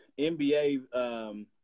NBA